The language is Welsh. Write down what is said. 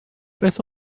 beth